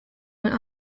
went